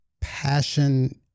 passion